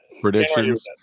predictions